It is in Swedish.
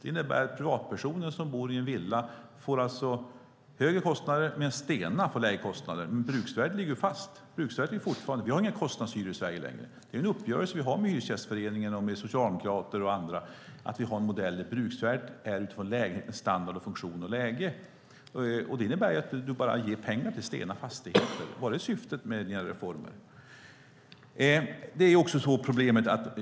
Det innebär att privatpersoner som bor i en villa får högre kostnader medan Stena får lägre kostnader. Men bruksvärdet ligger ju fast. Vi har inga kostnadshyror i Sverige längre. Det är en uppgörelse vi har med Hyresgästföreningen och med Socialdemokraterna och andra att vi har en modell där bruksvärdet är utifrån lägenhetens standard, funktion och läge. Det innebär att du bara ger pengar till Stena Fastigheter. Var det syftet med dina reformer?